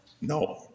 No